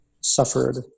suffered